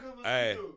Hey